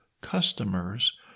customers